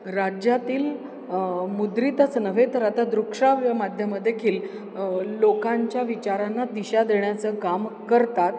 राज्यातील मुद्रितच नव्हे तर आता दृकश्राव्य माध्यमं देखील लोकांच्या विचारांना दिशा देण्याचं काम करतात